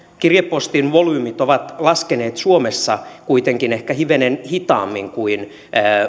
kirjepostin volyymit ovat laskeneet suomessa kuitenkin ehkä hivenen hitaammin kuin